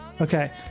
Okay